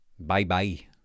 Bye-bye